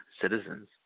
citizens